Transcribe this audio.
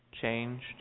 Changed